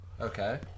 Okay